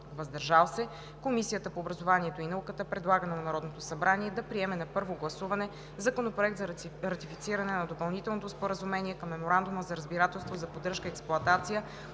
„въздържал се“ Комисията по образованието и науката предлага на Народното събрание да приеме на първо гласуване Законопроект за ратифициране на Допълнителното споразумение към Меморандума за разбирателство за поддръжка и експлоатация